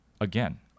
again